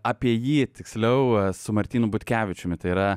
apie jį tiksliau su martynu butkevičiumi tai yra